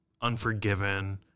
Unforgiven